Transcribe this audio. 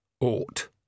Ought